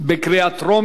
צער בעלי-חיים (הגנה על בעלי-חיים)